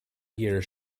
year